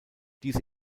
diese